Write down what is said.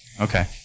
Okay